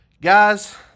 guys